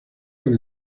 con